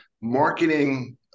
marketing